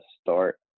start